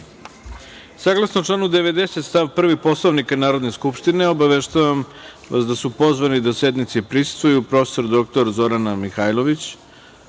reda. Saglasno članu 90. stav 1. Poslovnika Narodne skupštine, obaveštavam vas da su pozvani da sednici prisustvuju: prof. dr Zorana Mihajlović,